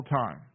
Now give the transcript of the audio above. time